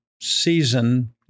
season